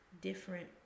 different